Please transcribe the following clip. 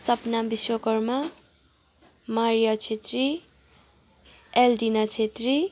Sapna Vishwakarma Maria Chhetri Eldina Chhetri